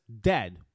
dead